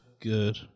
good